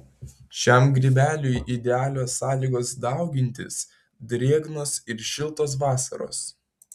šiam grybeliui idealios sąlygos daugintis drėgnos ir šiltos vasaros